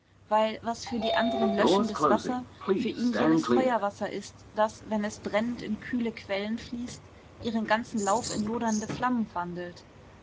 weil was für die anderen löschendes wasser für ihn jenes feuerwasser ist das wenn es brennend in kühle quellen fließt ihren ganzen lauf in lodernde flammen wandelt